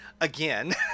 again